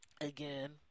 again